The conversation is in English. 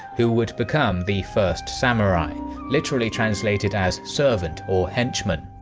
who would become the first samurai literally translated as servant or henchman.